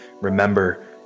Remember